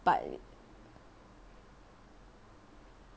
but